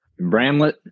bramlet